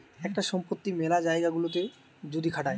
একটা সম্পত্তি মেলা জায়গা গুলাতে যদি খাটায়